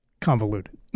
convoluted